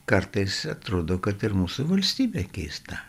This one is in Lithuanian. kartais atrodo kad ir mūsų valstybė keista